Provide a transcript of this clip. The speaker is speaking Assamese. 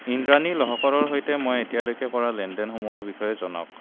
ইন্দ্ৰাণী লহকৰৰ সৈতে মই এতিয়ালৈকে কৰা লেনদেনসমূহৰ বিষয়ে জনাওঁক